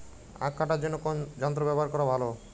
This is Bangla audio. আঁখ কাটার জন্য কোন যন্ত্র ব্যাবহার করা ভালো?